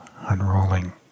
unrolling